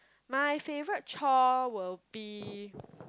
my favourite chore will be